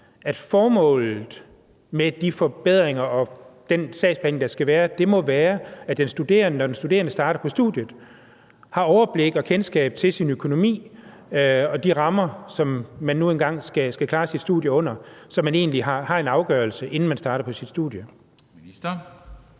at formålet med de forbedringer og den sagsbehandling, der skal være, må være, at den studerende, når den studerende starter på studiet, har et overblik over og kendskab til sin økonomi og de rammer, som man nu engang skal klare sit studie under, så man egentlig har en afgørelse, inden man starter på sit studie. Kl.